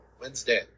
Wednesday